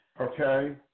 Okay